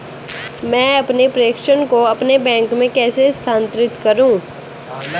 मैं अपने प्रेषण को अपने बैंक में कैसे स्थानांतरित करूँ?